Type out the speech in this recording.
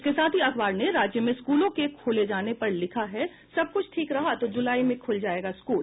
इसके साथ ही अखबार ने राज्य में स्कूलों के खोले जाने पर लिखा है सबकुछ ठीक रहा तो जुलाई में खूल जायेंगे स्कूल